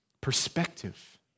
perspective